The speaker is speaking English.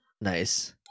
Nice